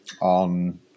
on